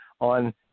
on –